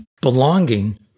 Belonging